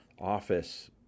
office